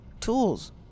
tools